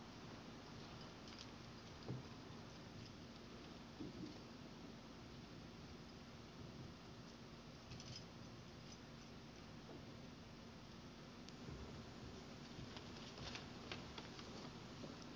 arvoisa puhemies